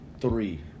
three